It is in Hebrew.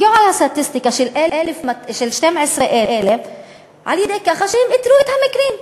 הגיעו לסטטיסטיקה של 12,000 על-ידי כך שהם איתרו את המקרים.